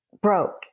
broke